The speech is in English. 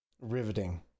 Riveting